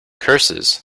curses